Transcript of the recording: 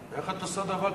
איך את עושה דבר כזה,